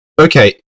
Okay